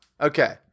Okay